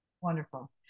wonderful